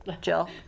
Jill